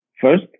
First